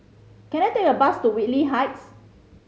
can I take a bus to Whitley Heights